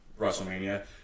WrestleMania